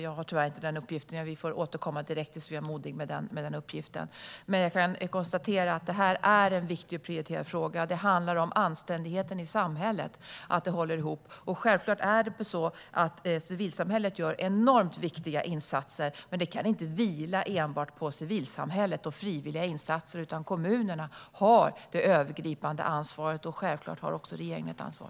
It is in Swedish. Jag har tyvärr inte den uppgiften utan får återkomma direkt till Sofia Modigh med den. Men jag kan konstatera att det här är en viktig och prioriterad fråga. Det handlar om anständigheten i samhället att det håller ihop. Självklart är det så att civilsamhället gör enormt viktiga insatser, men detta kan inte vila enbart på civilsamhället och frivilliga insatser. Kommunerna har det övergripande ansvaret, och självklart har också regeringen ett ansvar.